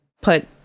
put